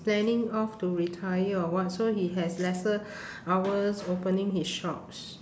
planning off to retire or what so he has lesser hours opening his shops